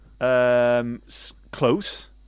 Close